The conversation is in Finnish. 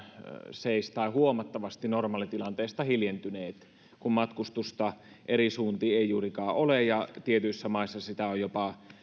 seis tai huomattavasti normaalitilanteesta hiljentyneet kun matkustusta eri suuntiin ei juurikaan ole ja tietyissä maissa sitä on jopa